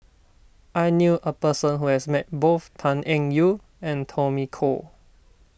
I knew a person who has met both Tan Eng Yoon and Tommy Koh